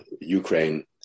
Ukraine